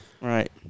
right